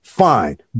Fine